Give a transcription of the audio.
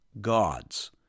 gods